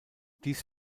dies